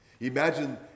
Imagine